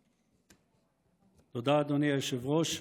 תודה, אדוני היושב-ראש.